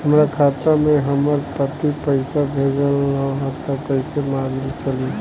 हमरा खाता में हमर पति पइसा भेजल न ह त कइसे मालूम चलि?